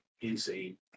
insane